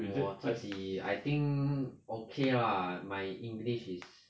我自己 I think okay lah my english is